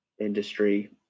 industry